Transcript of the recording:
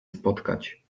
spotkać